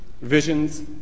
visions